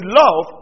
love